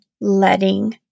letting